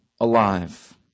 alive